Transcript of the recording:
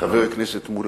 חבר הכנסת מולה,